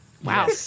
Wow